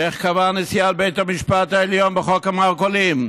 איך קבעה נשיאת בית המשפט העליון בחוק המרכולים?